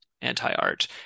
anti-art